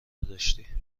داشتی